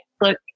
look